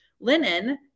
linen